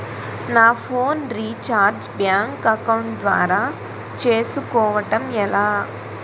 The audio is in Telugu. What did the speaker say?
నా ఫోన్ రీఛార్జ్ బ్యాంక్ అకౌంట్ ద్వారా చేసుకోవటం ఎలా?